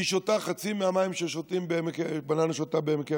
היא שותה חצי מהמים שמה שהבננה שותה בעמק הירדן.